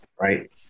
right